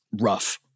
rough